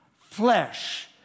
flesh